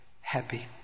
happy